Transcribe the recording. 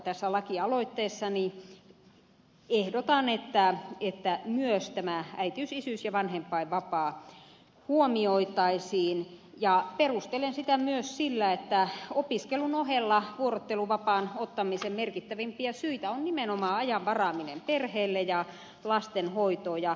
tässä lakialoitteessani ehdotan että myös äitiys isyys ja vanhempainvapaa huomioitaisiin ja perustelen sitä myös sillä että opiskelun ohella vuorotteluvapaan ottamisen merkittävimpiä syitä on nimenomaan ajan varaaminen perheelle ja lastenhoitoon